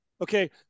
okay